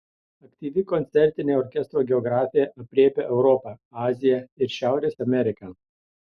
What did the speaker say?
aktyvi koncertinė orkestro geografija aprėpia europą aziją ir šiaurės ameriką